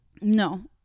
no